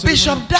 Bishop